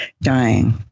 dying